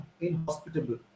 inhospitable